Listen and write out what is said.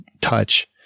touch